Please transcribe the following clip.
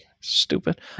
stupid